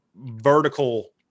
vertical